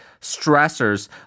stressors